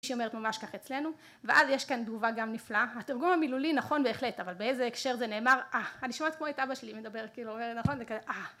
שאומרת ממש כך אצלנו ואז יש כאן תגובה גם נפלאה התרגום המילולי נכון בהחלט אבל באיזה הקשר זה נאמר אה אני שומעת כמו את אבא שלי מדבר כאילו אומר נכון וכאלה אה